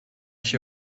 şey